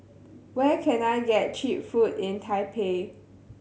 where can I get cheap food in Taipei